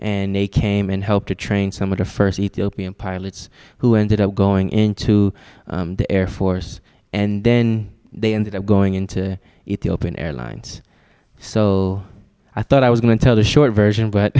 and they came and helped to train some of the first ethiopian pilots who ended up going into the air force and then they ended up going into the open air lines so i thought i was going to tell the short version but